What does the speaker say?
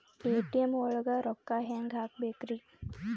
ATM ಒಳಗ್ ರೊಕ್ಕ ಹೆಂಗ್ ಹ್ಹಾಕ್ಬೇಕ್ರಿ?